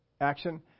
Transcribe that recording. action